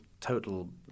total